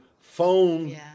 phone